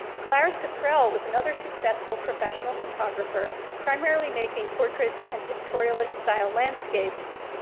clara sipprell was another successful professional photographer primarily making portraits and pictorialist style landscapes.